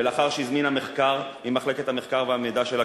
לאחר שהזמינה מחקר ממחלקת המחקר והמידע של הכנסת.